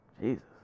Jesus